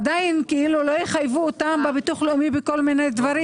עדיין לא יחייבו אותם בביטוח הלאומי בכל מיני דברים.